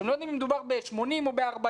אתם לא יודעים אם מדובר ב-80 או ב-40.